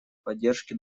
поддержки